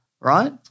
Right